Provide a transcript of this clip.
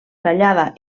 tallada